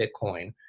Bitcoin